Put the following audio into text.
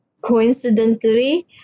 coincidentally